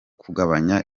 kugabanya